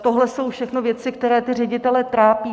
Tohle jsou všechno věci, které ty ředitele trápí.